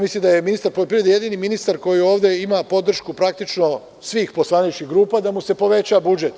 Mislim da je ministar poljoprivrede jedini ministar koji ovde ima podršku svih poslaničkih grupa, da mu se poveća budžet.